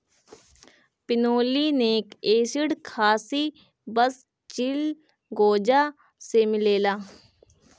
pinolenic acid खासी बस चिलगोजा से मिलेला